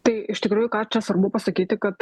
tai iš tikrųjų ką čia svarbu pasakyti kad